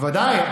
ודאי.